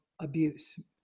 abuse